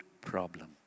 problem